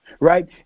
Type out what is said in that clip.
Right